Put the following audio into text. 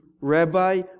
Rabbi